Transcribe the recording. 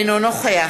אינו נוכח